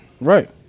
Right